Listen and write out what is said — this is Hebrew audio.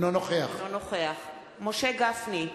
אינו נוכח משה גפני,